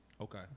Okay